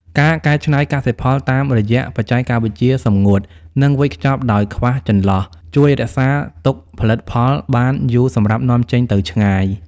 ការកែច្នៃកសិផលតាមរយៈបច្ចេកវិទ្យាសម្ងួត និងវេចខ្ចប់ដោយខ្វះចន្លោះ ជួយរក្សាទុកផលិតផលបានយូរសម្រាប់នាំចេញទៅឆ្ងាយ។